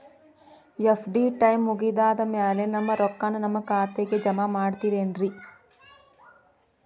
FD time ಮುಗಿದಾದ್ ಮ್ಯಾಲೆ ನಮ್ ರೊಕ್ಕಾನ ನಮ್ ಖಾತೆಗೆ ಜಮಾ ಮಾಡ್ತೇರೆನ್ರಿ?